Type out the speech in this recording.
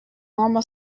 normal